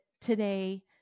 today